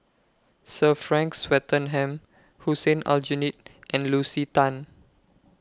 Sir Frank Swettenham Hussein Aljunied and Lucy Tan